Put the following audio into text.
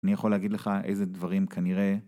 אני יכול להגיד לך איזה דברים כנראה...